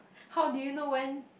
how do you know when